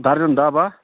درجن دَہ باہ